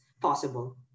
possible